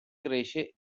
cresce